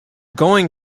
going